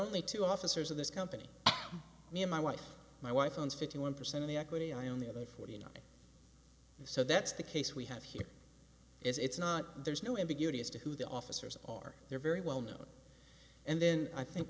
only two officers of this company me and my wife my wife owns fifty one percent of the equity i own the other forty nine so that's the case we have here is it's not there's no ambiguity as to who the officers are they're very well known and then i think